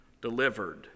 delivered